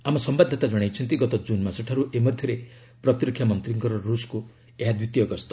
ଆମ ସମ୍ଭାଦଦାତା ଜଣାଇଛନ୍ତି ଗତ ଜୁନ୍ ମାସଠାରୁ ଏ ମଧ୍ୟରେ ପ୍ରତିରକ୍ଷା ମନ୍ତ୍ରୀଙ୍କର ରୁଷ୍କୁ ଏହା ଦ୍ୱିତୀୟ ଗସ୍ତ